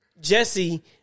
Jesse